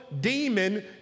demon